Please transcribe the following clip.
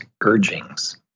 urgings